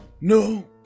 No